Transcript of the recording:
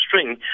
string